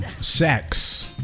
sex